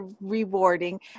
rewarding